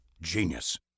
Genius